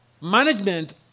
management